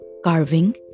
carving